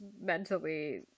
mentally